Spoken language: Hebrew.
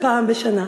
פעם בשנה.